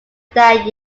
that